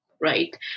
Right